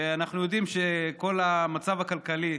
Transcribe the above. ואנחנו יודעים שכל המצב הכלכלי,